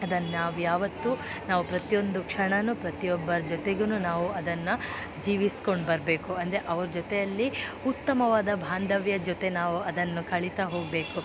ಅದನ್ನು ನಾವು ಯಾವತ್ತು ನಾವು ಪ್ರತಿಯೊಂದು ಕ್ಷಣವೂ ಪ್ರತಿ ಒಬ್ಬರ ಜೊತೆಗು ನಾವು ಅದನ್ನು ಜೀವಿಸ್ಕೊಂಡು ಬರಬೇಕು ಅಂದರೆ ಅವ್ರ ಜೊತೆಯಲ್ಲಿ ಉತ್ತಮವಾದ ಬಾಂಧವ್ಯದ ಜೊತೆ ನಾವು ಅದನ್ನು ಕಳಿತಾ ಹೋಗಬೇಕು